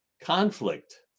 conflict